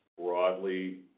broadly